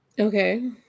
Okay